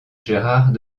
gérard